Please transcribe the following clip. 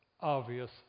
obvious